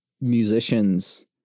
musicians